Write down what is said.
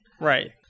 Right